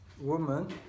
woman